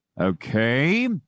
Okay